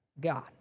God